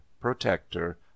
protector